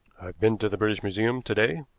i've been to the british museum to-day,